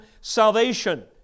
salvation